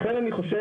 לכן אני חושב,